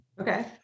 Okay